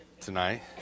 tonight